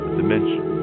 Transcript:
dimension